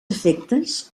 efectes